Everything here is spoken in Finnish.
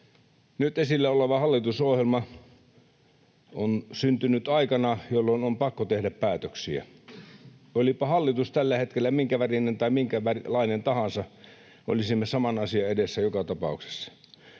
Nyt esillä oleva hallitusohjelma on syntynyt aikana, jolloin on pakko tehdä päätöksiä. Olipa hallitus tällä hetkellä minkä värinen tai minkälainen tahansa, olisimme saman asian edessä joka tapauksessa.